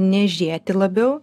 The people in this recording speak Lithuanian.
niežėti labiau